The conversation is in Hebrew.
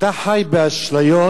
אתה חי באשליות